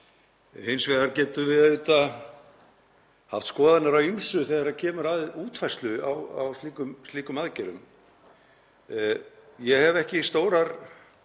Hins vegar getum við auðvitað haft skoðanir á ýmsu þegar kemur að útfærslu á slíkum aðgerðum. Ég hef ekki stórar